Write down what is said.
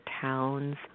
towns